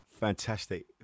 Fantastic